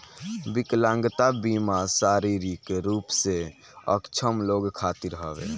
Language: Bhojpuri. विकलांगता बीमा शारीरिक रूप से अक्षम लोग खातिर हवे